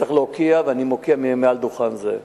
צריך להוקיע, ואני מוקיע מעל דוכן זה.